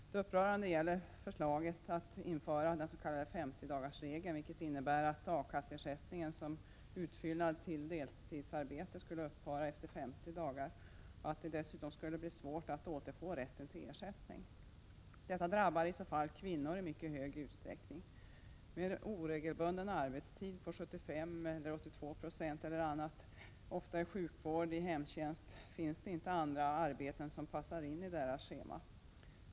Det upprörande är förslaget att införa den s.k. 50-dagarsregeln, vilket innebär att A-kasseersättningen som utfyllnad till deltidsarbete skulle upphöra efter 50 dagar och att det dessutom skulle bli svårt att återfå rätten till ersättning. Detta drabbar i så fall i mycket stor utsträckning kvinnor. De som har oregelbunden arbetstid på t.ex. 75 96 eller 82 90, ofta i sjukvård eller hemtjänst, kan inte finna andra arbeten som passar in i deras scheman.